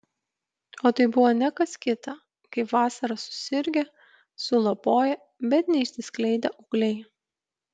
o tai buvo ne kas kita kaip vasarą susirgę sulapoję bet neišsiskleidę ūgliai